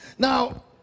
Now